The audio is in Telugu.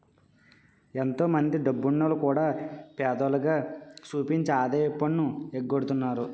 ఎంతో మందో డబ్బున్నోల్లు కూడా పేదోల్లుగా సూపించి ఆదాయపు పన్ను ఎగ్గొడతన్నారు